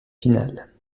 finale